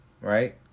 Right